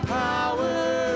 power